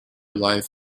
life